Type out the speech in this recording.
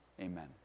amen